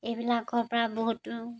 এইবিলাকৰ পৰা বহুতো